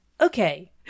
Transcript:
Okay